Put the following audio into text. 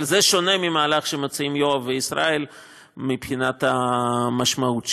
אבל זה שונה מהמהלך שמציעים יואב וישראל מבחינת המשמעות שלו.